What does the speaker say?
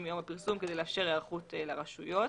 מיום הפרסום כדי לאפשר היערכות לרשויות.